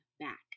back